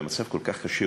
במצב כל כך קשה,